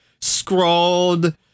scrawled